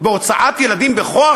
בהוצאת ילדים בכוח,